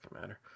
matter